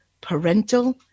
parental